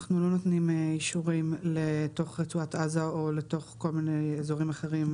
אנחנו לא נותנים אישורים לתוך רצועת עזה או לתוך כל מיני אזורים אחרים,